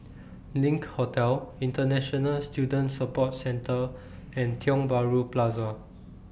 LINK Hotel International Student Support Centre and Tiong Bahru Plaza